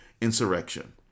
insurrection